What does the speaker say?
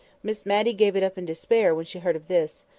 miss matty gave it up in despair when she heard of this.